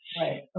Right